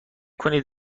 کنید